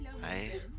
Hi